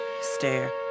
stare